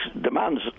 demands